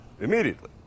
immediately